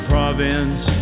Province